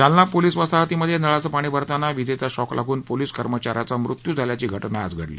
Jalna police वसाहतीमध्ये नळाचे पाणी भरताना विजेचा शॉक लागून पोलीस कर्मचाऱ्याचा मृत्यू झाल्याची घटना आज सकाळी घडली